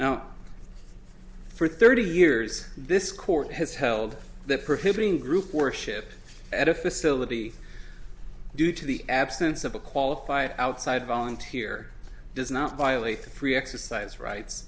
now for thirty years this court has held that prohibiting group worship at a facility due to the absence of a qualified outside volunteer does not violate the free exercise rights